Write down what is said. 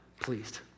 pleased